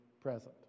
present